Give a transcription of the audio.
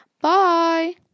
Bye